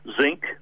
zinc